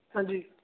ਹਾਂਜੀ